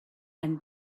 and